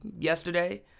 yesterday